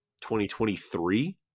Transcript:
2023